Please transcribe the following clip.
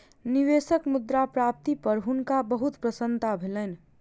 निवेशक मुद्रा प्राप्ति पर हुनका बहुत प्रसन्नता भेलैन